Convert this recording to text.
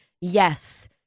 Yes